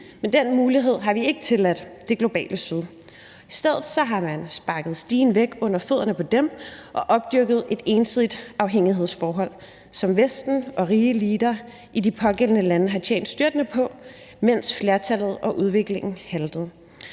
Men den mulighed har vi ikke tilladt det globale Syd. I stedet har man sparket stigen væk under fødderne på dem og opdyrket et ensidigt afhængighedsforhold, som Vesten og rige eliter i de pågældende lande har tjent styrtende på, mens flertallet og udviklingen har